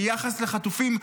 היחס לחטופים,